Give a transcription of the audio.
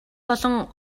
болон